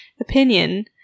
opinion